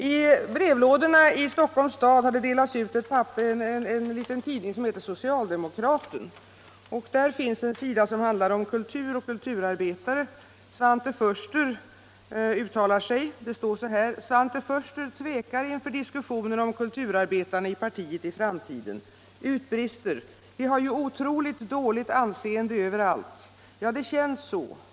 I brevlådorna i Stockholm har det delats ut en liten tidning som heter Socialdemokraten. Där finns en sida som handlar om kultur och kulturarbete. Svante Foerster har uttalat sig, och det står i tidningen: "Svante Foerster tvekar inför diskussionen om kulturarbetarna i partiet i framtiden. Utbrister: - Vi har ju otroligt dåligt anseende överallt! Ja, det känns så.